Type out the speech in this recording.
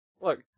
Look